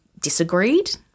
disagreed